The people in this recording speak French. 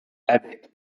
avec